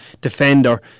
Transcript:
defender